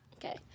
Okay